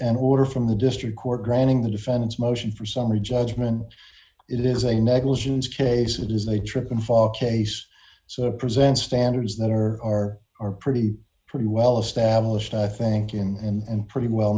an order from the district court granting the defendant's motion for summary judgment it is a negligence case it is a trip and fall case so the present standards that are are pretty pretty well established i think in and pretty well